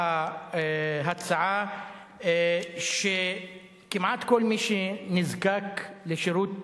התקבלה ההצעה שכמעט כל מי שנזקק לשירות